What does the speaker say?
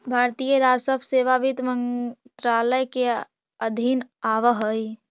भारतीय राजस्व सेवा वित्त मंत्रालय के अधीन आवऽ हइ